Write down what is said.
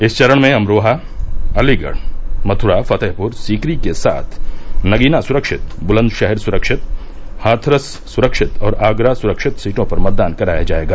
इस चरण में अमरोहा अलीगढ़ मथ्रा फतेहपुर सीकरी के साथ नगीना सुरक्षित बुलंदशहर सुरक्षित हाथरस सुरक्षित और आगरा सुरक्षित सीटों पर मतदान कराया जायेगा